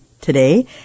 Today